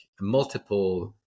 multiple